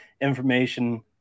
information